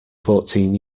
fourteen